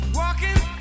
walking